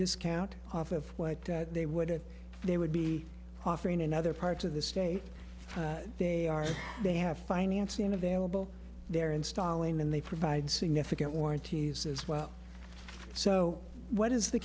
discount off of what they would have they would be offering in other parts of the state they are they have financing available they're installing them they provide significant warranties as well so what is the